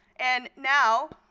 and now